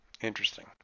Interesting